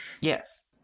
yes